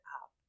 up